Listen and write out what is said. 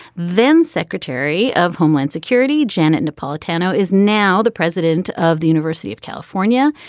then secretary of homeland security janet napolitano is now the president of the university of california.